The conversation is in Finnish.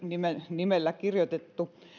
nimissä kirjoitettu